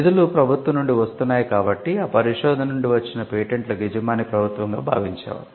నిధులు ప్రభుత్వం నుండి వస్తున్నాయి కాబట్టి ఆ పరిశోధన నుండి వచ్చిన పేటెంట్లకు యజమాని ప్రభుత్వంగా భావించేవారు